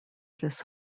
this